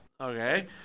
Okay